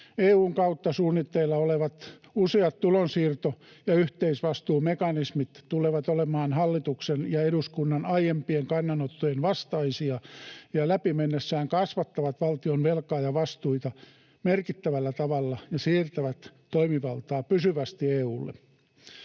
EU:n kautta suunnitteilla olevat useat tulonsiirto- ja yhteisvastuumekanismit tulevat olemaan hallituksen ja eduskunnan aiempien kannanottojen vastaisia ja läpi mennessään kasvattavat valtion velkaa ja vastuita merkittävällä tavalla ja siirtävät toimivaltaa pysyvästi EU:lle.